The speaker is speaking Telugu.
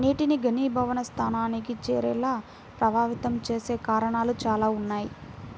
నీటిని ఘనీభవన స్థానానికి చేరేలా ప్రభావితం చేసే కారణాలు చాలా ఉన్నాయి